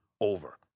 over